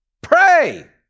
Pray